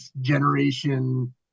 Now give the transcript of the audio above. generation